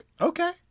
Okay